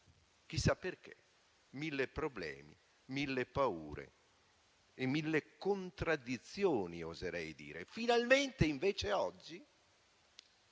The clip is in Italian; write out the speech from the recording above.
chissà perché nascono mille problemi, mille paure e mille contraddizioni, oserei dire. Finalmente invece oggi